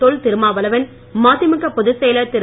தொல்திருமாவளவன் மதிமுக பொதுச்செயலர் திரு